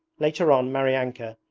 later on maryanka,